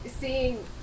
seeing